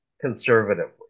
conservatively